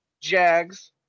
Jags